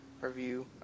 review